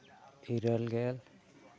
ᱤᱨᱟᱹᱞ ᱜᱮᱞ